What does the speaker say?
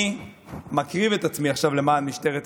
אני מקריב את עצמי עכשיו למען משטרת ישראל,